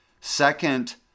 Second